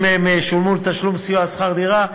אם הם שולמו לתשלום סיוע בשכר-דירה,